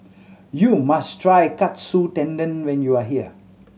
you must try Katsu Tendon when you are here